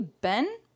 Ben